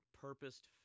Purposed